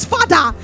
Father